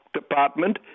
department